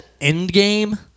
Endgame